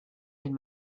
den